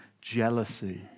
jealousy